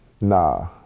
Nah